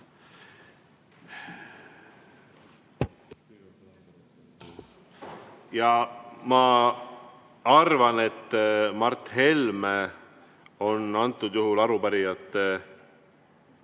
ja ma arvan, et Mart Helme on praegusel juhul arupärijate